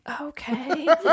okay